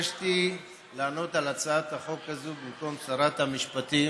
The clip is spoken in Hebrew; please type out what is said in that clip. התבקשתי לענות על הצעת החוק הזאת במקום שרת המשפטים,